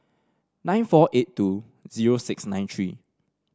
nine four eight two zero six nine three